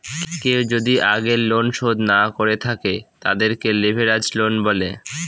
কেউ যদি আগের লোন শোধ না করে থাকে, তাদেরকে লেভেরাজ লোন বলে